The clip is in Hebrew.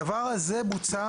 הדבר הזה בוצע